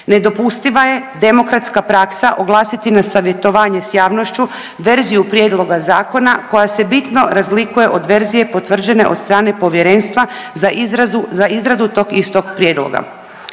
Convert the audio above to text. Nedopustiva je demokratska praksa oglasiti na savjetovanje s javnošću verziju prijedloga zakona koja se bitno razlikuje od verzije potvrđene od strane povjerenstva za izradu tog istog prijedloga.